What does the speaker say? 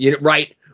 Right